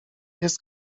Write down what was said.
jest